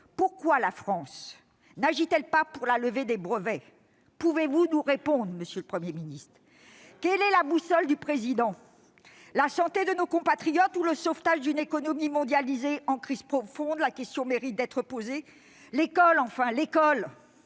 Pourquoi la France n'agit-elle pas pour la levée des brevets ? Pouvez-vous nous répondre, monsieur le Premier ministre ? Quelle est la boussole du Président : la santé de nos compatriotes ou le sauvetage d'une économie mondialisée en crise profonde ? La question mérite d'être posée. J'en viens, enfin, à l'école.